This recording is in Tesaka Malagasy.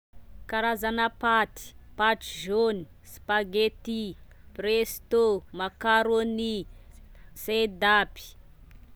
Karazana paty: paty jaune, spaghetti, presto, macaroni, sedapy.